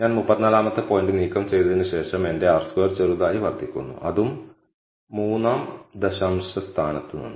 ഞാൻ 34 ാമത്തെ പോയിന്റ് നീക്കം ചെയ്തതിന് ശേഷം എന്റെ R സ്ക്വയർ ചെറുതായി വർദ്ധിക്കുന്നു അതും 3 ആം ദശാംശസ്ഥാനത്ത് നിന്ന്